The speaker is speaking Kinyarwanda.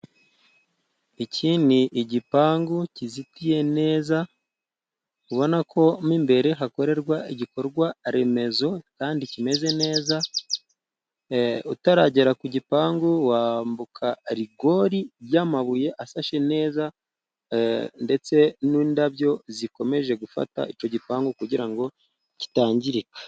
Iki ni igipangu kizitiye neza ubona ko mo imbere hakorerwa igikorwa remezo kandi kimeze neza, utaragera ku gipangu wambuka rigori y'amabuye asashe neza ndetse n'indabyo zikomeje gufata icyo gipangu kugira ngo gitangirika.